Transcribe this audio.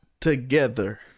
together